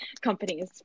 companies